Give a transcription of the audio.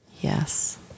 Yes